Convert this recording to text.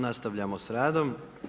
Nastavljamo sa radom.